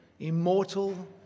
Immortal